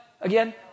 Again